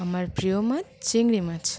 আমার প্রিয় মাছ চিংড়ি মাছ